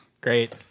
Great